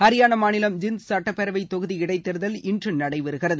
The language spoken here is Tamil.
ஹரியானா மாநிலம் ஜின்டு சட்டப்பேரவை தொகுதிஇடைதேர்தல் இன்று நடைபெறுகிறது